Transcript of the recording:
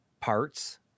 parts